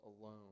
alone